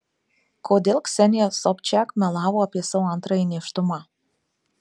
kodėl ksenija sobčiak melavo apie savo antrąjį nėštumą